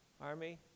Army